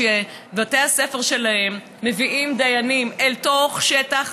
בתי הספר שלהן מביאים דיינים אל תוך שטח